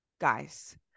guys